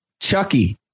Chucky